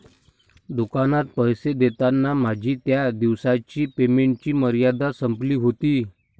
दुकानात पैसे देताना माझी त्या दिवसाची पेमेंटची मर्यादा संपली होती